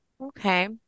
okay